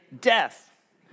death